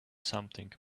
something